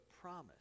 promise